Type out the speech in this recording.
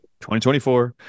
2024